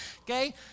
Okay